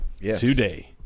today